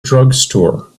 drugstore